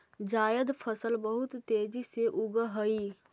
जायद फसल बहुत तेजी से उगअ हई